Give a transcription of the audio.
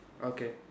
okay